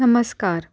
नमस्कार